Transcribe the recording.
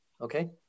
Okay